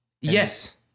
Yes